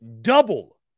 double